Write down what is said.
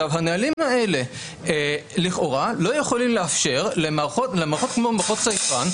הנהלים האלה לכאורה לא יכולים לאפשר למערכות כמו מערכות סייפן,